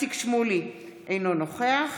איציק שמולי, אינו נוכח